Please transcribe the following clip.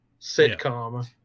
sitcom